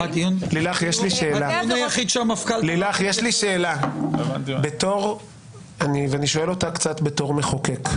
לילך יש לי שאלה שאני שואל אותה קצת בתור מחוקק: